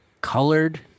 colored